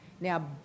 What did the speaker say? Now